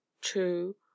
two